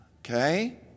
okay